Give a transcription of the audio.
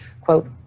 Quote